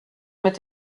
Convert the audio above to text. mit